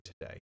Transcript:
today